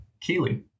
Keely